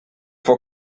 for